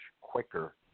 quicker